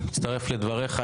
אני מצטרף לדבריך.